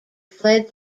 fled